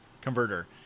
converter